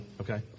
Okay